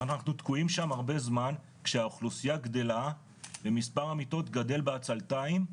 ואנחנו תקועים שם הרבה זמן כשהאוכלוסיה גדלה ומספר המיטות גדל בעצלתיים,